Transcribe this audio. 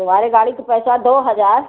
तुम्हारे गाड़ी का पैसा दो हजार